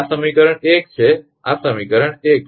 આ સમીકરણ 1 છે આ સમીકરણ 1 છે